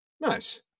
Nice